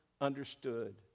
understood